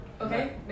okay